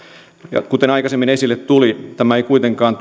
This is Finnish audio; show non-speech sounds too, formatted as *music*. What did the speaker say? ja kuten aikaisemmin esille tuli ainakaan nykylaki ei kuitenkaan *unintelligible*